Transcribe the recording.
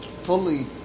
fully